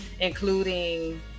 including